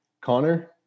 Connor